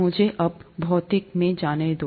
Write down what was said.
मुझे अब भौतिकी में जाने दो